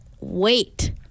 Wait